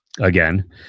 again